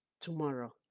tomorrow